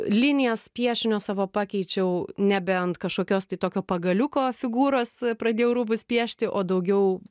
linijas piešinio savo pakeičiau nebent kažkokios tai tokio pagaliuko figūros pradėjau rūbus piešti o daugiau